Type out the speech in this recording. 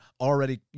already